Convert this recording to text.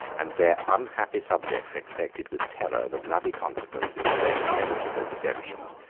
and their unhappy subjects expected with terror the bloody consequences of their inevitable dissensions,